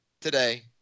today